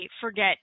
forget